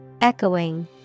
Echoing